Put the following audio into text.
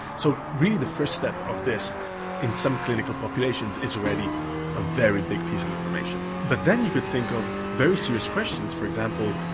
so really the first step of this in some clinical populations is already a very big piece of information. but then you could think of very serious questions, for example,